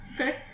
Okay